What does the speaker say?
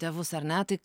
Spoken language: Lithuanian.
tėvus ar ne tai